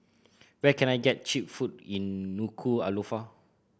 where can I get cheap food in Nuku'alofa